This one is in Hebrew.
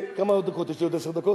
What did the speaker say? כמה דקות יש לי, יש לי עוד עשר דקות?